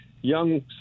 young